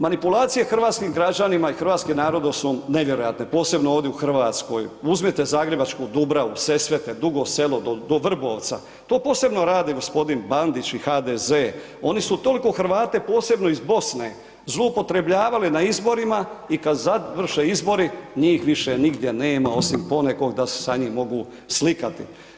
Manipulacije hrvatskim građanima i hrvatskim narodom su nevjerojatne, posebno ovdje u RH, uzmite zagrebačku Dubravu, Sesvete, Dugo Selo do Vrbovca, to posebno radi g. Bandić i HDZ, oni su toliko Hrvate, posebno iz Bosne zloupotrebljavali na izborima i kad završe izbori njih više nigdje nema osim ponekog da se sa njim mogu slikati.